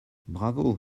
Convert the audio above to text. bravo